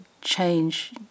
change